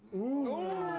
ooohhh! ooh,